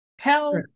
Tell